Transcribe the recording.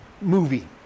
movie